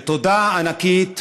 ותודה ענקית